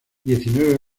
diecinueve